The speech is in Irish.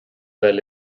bheith